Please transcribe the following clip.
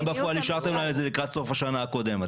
אתם בפועל אישרתם להם את זה לקראת סוף השנה הקודמת,